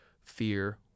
fear